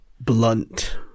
blunt